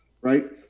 right